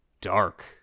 dark